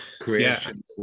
Creation